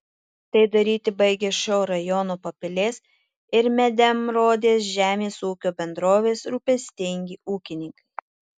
tai daryti baigia šio rajono papilės ir medemrodės žemės ūkio bendrovės rūpestingi ūkininkai